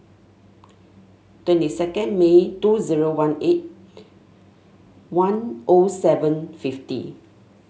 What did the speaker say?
twenty second May two zero one eight one O seven fifty